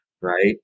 right